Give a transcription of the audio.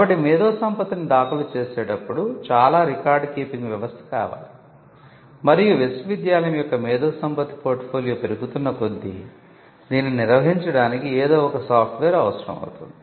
కాబట్టి మేధోసంపత్తిని దాఖలు చేసేటప్పుడు చాలా రికార్డ్ కీపింగ్ వ్యవస్థ కావాలి మరియు విశ్వవిద్యాలయం యొక్క మేధోసంపత్తి పోర్ట్ ఫోలియో పెరుగుతున్న కొద్దీ దీన్ని నిర్వహించడానికి ఏదో ఒక సాఫ్ట్ వేర్ అవసరం అవుతుంది